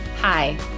Hi